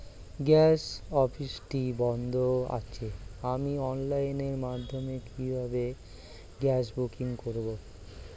Gas অফিসটি বন্ধ আছে আমি অনলাইনের মাধ্যমে কিভাবে গ্যাস বুকিং করব?